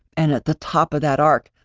and at the top of that arc,